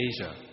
Asia